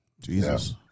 Jesus